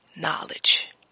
knowledge